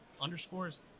underscores